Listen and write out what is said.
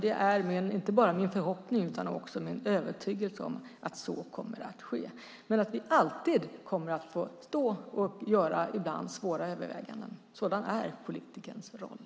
Det är inte bara min förhoppning utan också min övertygelse att så kommer att ske. Men vi kommer alltid att få göra svåra överväganden. Sådan är politikerns roll.